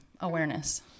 awareness